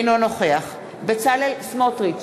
אינו נוכח בצלאל סמוטריץ,